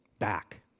back